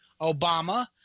Obama